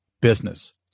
business